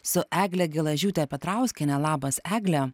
su egle gelažiūte petrauskiene labas egle